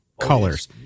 colors